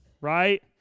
right